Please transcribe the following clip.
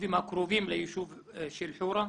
והיישובים הקרובים ליישוב של חורה.